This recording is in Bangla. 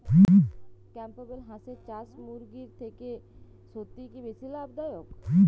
ক্যাম্পবেল হাঁসের চাষ মুরগির থেকে সত্যিই কি বেশি লাভ দায়ক?